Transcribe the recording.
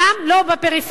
גם לא בפריפריה.